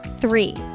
three